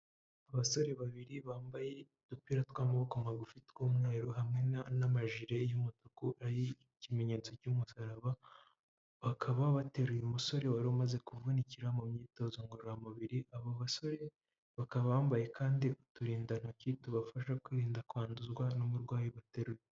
Abasore babiri bambaye udupira tw'amaboko magufi tw'umweru hamwe n'amajire y'umutuku ariho ikimenyetso cy'umusaraba bakaba bateruye musore wari umaze kuvunikira mu myitozo ngororamubiri abo basore bakaba bambaye kandi uturindantoki tubafasha kwirinda kwanduzwa n'umurwayi bateruye.